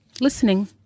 Listening